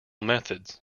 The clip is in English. methods